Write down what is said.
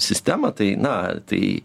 sistemą tai na tai